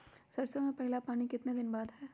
सरसों में पहला पानी कितने दिन बाद है?